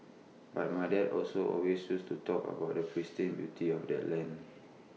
but my dad also always used to talk about the pristine beauty of their land